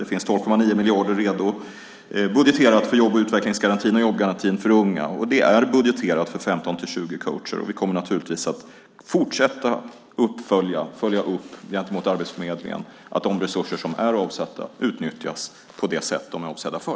Det finns 12,9 miljarder budgeterat för jobb och utvecklingsgarantin och för jobbgarantin för unga. Det är budgeterat för 15-20 personer för varje coach. Vi kommer naturligtvis att fortsätta att följa upp gentemot Arbetsförmedlingen att de resurser som är avsatta utnyttjas på det sätt som de är avsedda för.